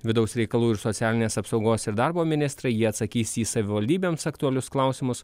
vidaus reikalų ir socialinės apsaugos ir darbo ministrai jie atsakys į savivaldybėms aktualius klausimus